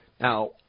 Now